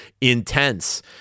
intense